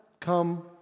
come